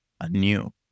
anew